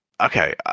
okay